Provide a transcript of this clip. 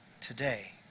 today